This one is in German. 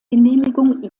genehmigung